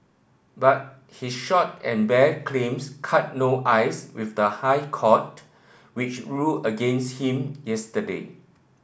but his short and bare claims cut no ice with the High Court which ruled against him yesterday